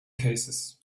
cases